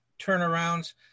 turnarounds